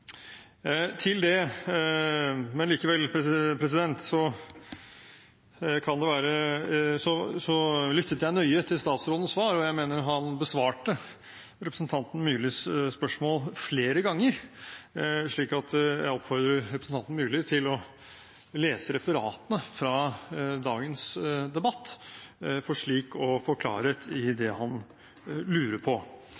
til statsrådens svar, og jeg mener han besvarte representanten Myrlis spørsmål flere ganger, så jeg oppfordrer representanten Myrli til å lese referatene fra dagens debatt for slik å få klarhet i